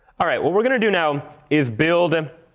all right, what we're going to do now is build and